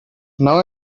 now